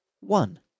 One